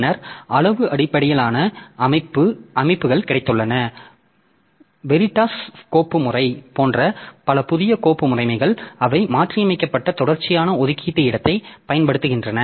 பின்னர் அளவு அடிப்படையிலான அமைப்புகள் கிடைத்துள்ளன வெரிட்டாஸ் கோப்பு முறைமை போன்ற பல புதிய கோப்பு முறைமைகள் அவை மாற்றியமைக்கப்பட்ட தொடர்ச்சியான ஒதுக்கீடு இடத்தைப் பயன்படுத்துகின்றன